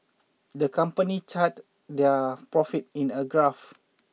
the company chart their profits in a graph